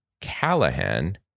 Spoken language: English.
Callahan